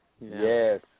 Yes